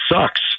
sucks